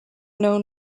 known